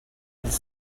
ils